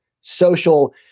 social